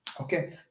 okay